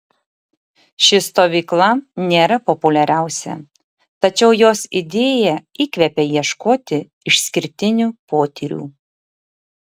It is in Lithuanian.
ši stovykla nėra populiariausia tačiau jos idėja įkvepia ieškoti išskirtinių potyrių